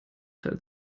halt